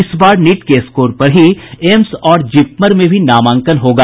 इस बार नीट के स्कोर पर ही एम्स और जिपमर में भी नामांकन होगा